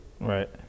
right